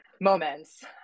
moments